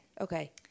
Okay